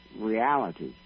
reality